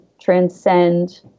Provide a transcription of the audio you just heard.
transcend